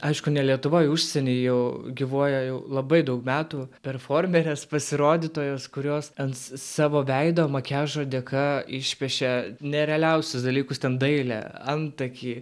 aišku ne lietuvoj užsieny jau gyvuoja jau labai daug metų performerės pasirodytojos kurios ant savo veido makiažo dėka išpiešia nerealiausius dalykus ten dailią antakiai